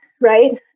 right